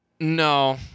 no